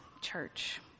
church